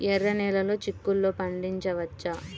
ఎర్ర నెలలో చిక్కుల్లో పండించవచ్చా?